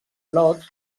lots